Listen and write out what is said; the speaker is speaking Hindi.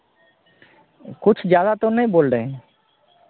कुछ ज़्यादा तो नहीं बोल रहे हैं